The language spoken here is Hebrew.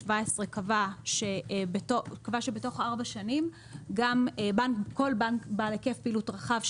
קבע שבתוך ארבע שנים כול בנק בעל היקף פעילות רחב,